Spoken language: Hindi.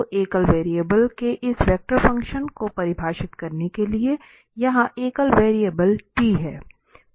तो एकल वेरिएबल के इस वेक्टर फंक्शन को परिभाषित करने के लिए यहाँ एकल वेरिएबल t है